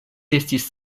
restis